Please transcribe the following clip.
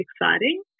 exciting